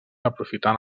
aprofitant